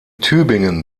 tübingen